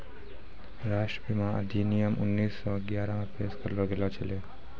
राष्ट्रीय बीमा अधिनियम उन्नीस सौ ग्यारहे मे पेश करलो गेलो छलै